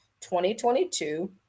2022